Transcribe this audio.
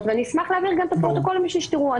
ואני אשמח להעביר גם את הפרוטוקול כדי שתראו.